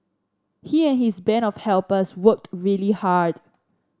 he and his band of helpers worked really hard